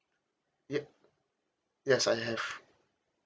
yup yes I have